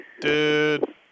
Dude